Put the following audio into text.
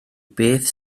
beth